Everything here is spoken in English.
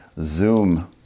zoom